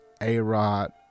a-rod